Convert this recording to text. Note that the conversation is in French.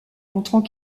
montrant